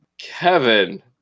kevin